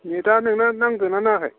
नेटा नोंना नांदोना नाङाखै